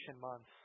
months